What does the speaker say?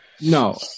No